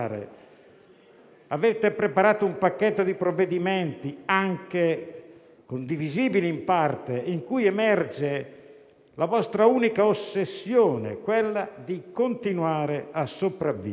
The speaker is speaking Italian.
Avete preparato un pacchetto di provvedimenti, in parte anche condivisibili, in cui emerge la vostra unica ossessione, che è quella di continuare a sopravvivere.